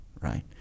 right